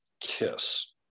kiss